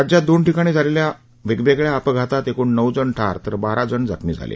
राज्यात दोन ठिकाणी झालेल्या वेगवेळ्या अपघातात एकूण नऊ जण ठार तर बारा जण जखमी झाले